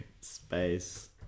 space